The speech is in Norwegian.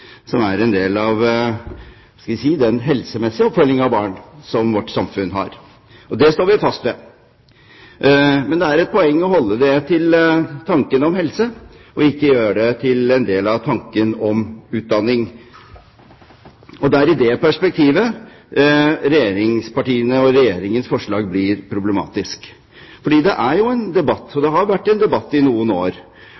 som er en del av den helsemessige oppfølgingen av barn som vi har i vårt samfunn. Det står vi fast ved. Men det er et poeng å holde det til tanken om helse og ikke gjøre det til en del av tanken om utdanning. Det er i det perspektivet regjeringspartienes og Regjeringens forslag blir problematisk. For det er jo en debatt – og